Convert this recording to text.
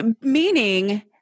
meaning